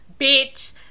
Bitch